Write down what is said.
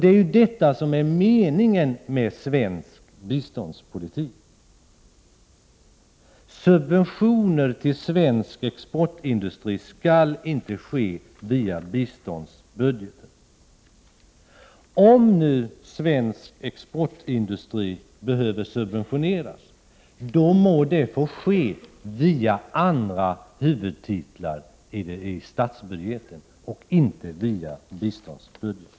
Det är ju det som är meningen med svensk biståndspolitik. Svensk exportindustri skall inte få subventioner via biståndsbudgeten. Om svensk exportindustri behöver subventioneras, må det ske via andra huvudtitlar i statsbudgeten, inte via biståndsbudgeten.